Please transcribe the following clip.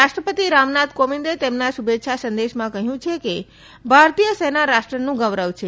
રાષ્ટ્રપતિ રામનાથકોવિટં તેમના શુભેચ્છા સંદેશમાં કહ્યું છે કે ભારતીય સૈના રાષ્ટ્રનો ગૌરવ છે